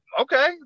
Okay